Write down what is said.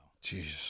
Jesus